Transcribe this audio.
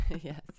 Yes